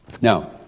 Now